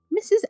Mrs